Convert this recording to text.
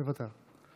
מוותר.